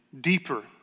deeper